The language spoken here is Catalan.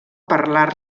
parlar